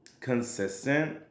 consistent